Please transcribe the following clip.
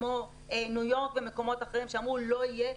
כמו ניו יורק ומקומות אחרים שאמרו לא יהיה,